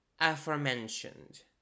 aforementioned